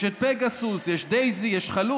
יש את פגסוס, יש דייזי, יש חלוץ,